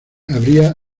habría